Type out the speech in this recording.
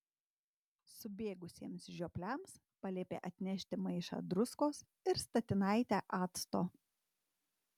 subėgusiems žiopliams paliepė atnešti maišą druskos ir statinaitę acto